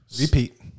Repeat